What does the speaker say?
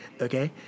Okay